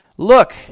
Look